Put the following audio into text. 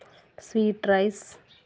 sweet rice